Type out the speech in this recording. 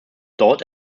dort